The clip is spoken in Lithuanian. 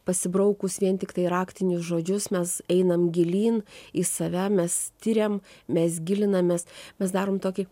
pasibraukus vien tiktai raktinius žodžius mes einam gilyn į save mes tiriam mes gilinamės mes darom tokį